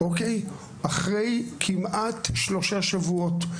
אחרי כמעט שלושה שבועות.